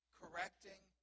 correcting